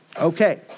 Okay